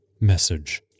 Message